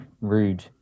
rude